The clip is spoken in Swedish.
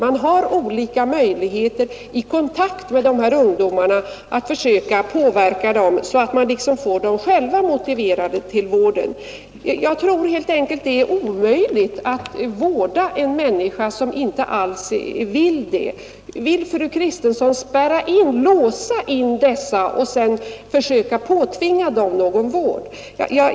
Vi har möjligheter att ta kontakt med dessa ungdomar och försöka påverka dem och få dem själva motiverade för vården. Jag tror helt enkelt att det är omöjligt att vårda en människa som inte vill bli vårdad. Vill fru Kristensson spärra in och låsa in dessa människor och sedan försöka påtvinga dem vård?